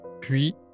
puis